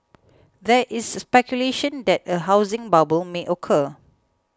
there is speculation that a housing bubble may occur